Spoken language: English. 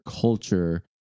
culture